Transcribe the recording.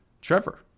Trevor